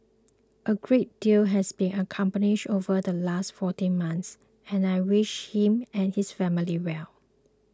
a great deal has been accomplished over the last fourteen months and I wish him and his family well